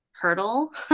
hurdle